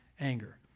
anger